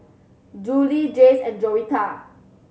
Juli Jayce and Joretta